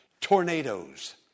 tornadoes